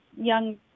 young